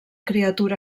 criatura